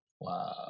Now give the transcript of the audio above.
Wow